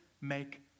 make